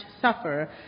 suffer